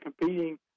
competing